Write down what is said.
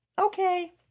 Okay